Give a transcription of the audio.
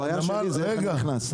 הבעיה שלי זה איך אני נכנס,